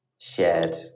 shared